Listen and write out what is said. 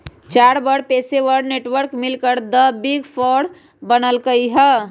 चार बड़ पेशेवर नेटवर्क मिलकर द बिग फोर बनल कई ह